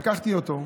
לקחתי אותו,